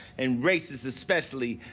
and racists especially,